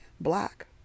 black